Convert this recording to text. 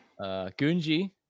Gunji